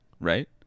Right